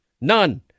none